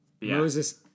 Moses